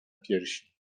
piersi